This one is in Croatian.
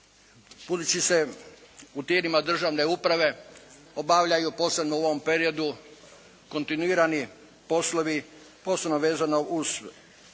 budući se u tijelima državne uprave obavljaju posebno u ovom periodu kontinuirani poslovi posebno vezano uz pristupanje